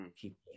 keep